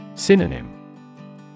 Synonym